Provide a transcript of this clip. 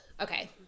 okay